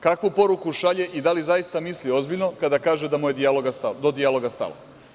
Kakvu poruku šalje i da li zaista misli ozbiljno kada kaže da mu je do dijaloga stalo.